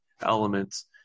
elements